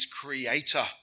creator